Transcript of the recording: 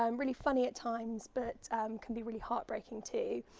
um really funny at times but can be really heartbreaking too.